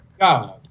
God